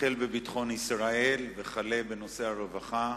החל בביטחון ישראל וכלה בנושא הרווחה.